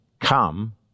come